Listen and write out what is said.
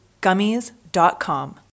Gummies.com